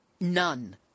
None